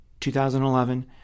2011